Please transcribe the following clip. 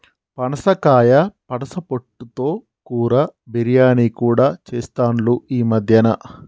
పనసకాయ పనస పొట్టు తో కూర, బిర్యానీ కూడా చెస్తాండ్లు ఈ మద్యన